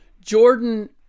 Jordan